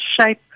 shape